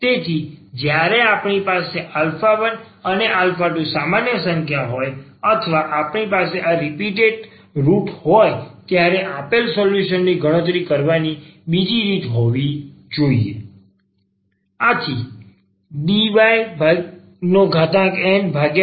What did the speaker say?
તેથી જ્યારે આપણી પાસે 1અને 2 સમાન સંખ્યા હોય અથવા આપણી પાસે રીપીટેટ રુટ હોય ત્યારે સામાન્ય સોલ્યુશન ની ગણતરી કરવાની બીજી રીત હોવી જોઈએ